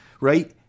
right